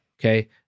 okay